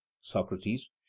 Socrates